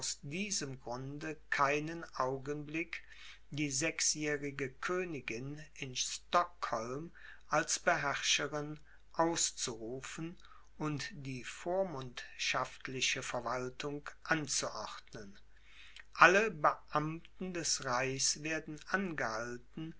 diesem grunde keinen augenblick die sechsjährige königin in stockholm als beherrscherin auszurufen und die vormundschaftliche verwaltung anzuordnen alle beamten des reichs werden angehalten